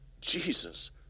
Jesus